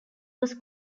was